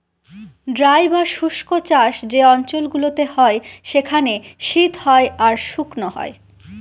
dry বা শুস্ক চাষ যে অঞ্চল গুলোতে হয় সেখানে শীত হয় আর শুকনো হয়